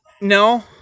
No